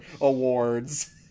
awards